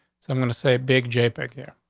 so i'm going to say big j pick here,